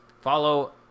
follow